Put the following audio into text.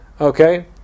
Okay